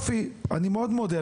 יופי, אני מאוד מודה לך, ברשותכם.